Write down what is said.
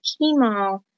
chemo